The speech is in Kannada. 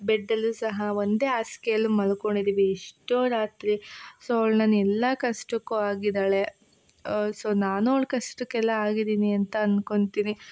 ಬೆಡ್ಡಲ್ಲೂ ಸಹ ಒಂದೇ ಹಾಸ್ಗೆಯಲ್ಲು ಮಲ್ಕೊಂಡಿದ್ದೀವಿ ಎಷ್ಟೋ ರಾತ್ರಿ ಸೊ ಅವ್ಳು ನನ್ನ ಎಲ್ಲ ಕಷ್ಟಕ್ಕೂ ಆಗಿದ್ದಾಳೆ ಸೊ ನಾನೂ ಅವ್ಳ ಕಷ್ಟಕ್ಕೆಲ್ಲ ಆಗಿದ್ದೀನಿ ಅಂತ ಅಂದ್ಕೊಂತೀನಿ